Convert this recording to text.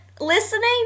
listening